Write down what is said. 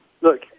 Look